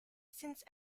since